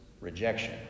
rejection